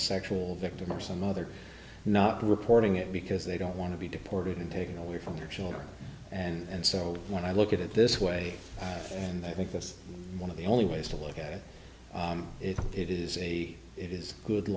sexual victim or some other not reporting it because they don't want to be deported and taken away from their children and so when i look at it this way and i think this one of the only ways to look at it it is a it is good